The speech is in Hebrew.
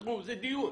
זה דיון.